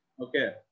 Okay